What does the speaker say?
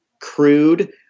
crude